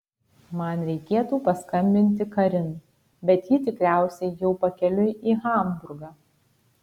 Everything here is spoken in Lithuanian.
man reikėtų paskambinti karin bet ji tikriausiai jau pakeliui į hamburgą